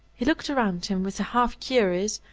he looked around him with the half-curious,